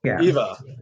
Eva